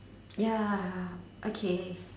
ya okay